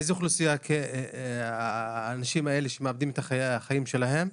מאיזה אוכלוסייה האנשים האלה שמאבדים את החיים שלהם,